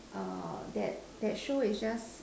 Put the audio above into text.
that that show is just